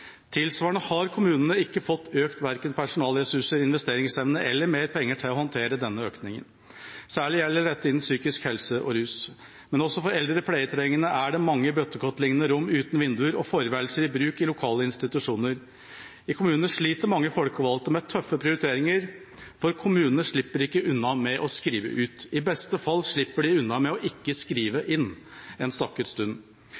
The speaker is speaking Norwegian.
Tilsvarende har kommunene ikke fått økt verken personalressurser, investeringsevne eller mer penger til å håndtere denne økningen. Særlig gjelder dette innen psykisk helse og rus. Men også for eldre pleietrengende er det mange bøttekottliknende rom uten vinduer og forværelser i bruk i lokale institusjoner. I kommunene sliter mange folkevalgte med tøffe prioriteringer, for kommunene slipper ikke unna med å skrive ut. I beste fall slipper de unna med ikke å